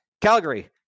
calgary